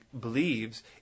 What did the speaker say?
believes